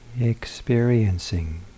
Experiencing